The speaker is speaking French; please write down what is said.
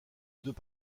deux